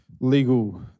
legal